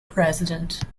president